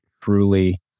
truly